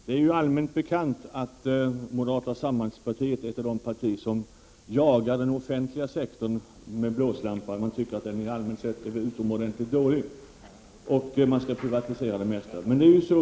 Herr talman! Det är allmänt bekant att moderata samlingspartiet är ett av de partier som jagar den offentliga sektorn med blåslampa, som tycker att den är utomordentligt dålig och som vill privatisera det mesta.